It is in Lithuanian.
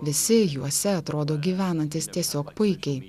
visi juose atrodo gyvenantys tiesiog puikiai